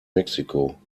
mexiko